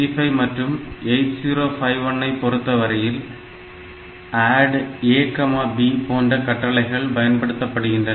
8085 மற்றும் 8051 ஐ பொறுத்தவரையில் ADD AB போன்ற கட்டளைகளை பயன்படுத்தப்படுகின்றன